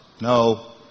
No